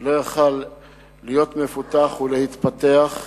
לא יכול היה להיות מפותח ולהתפתח,